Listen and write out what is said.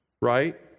Right